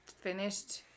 finished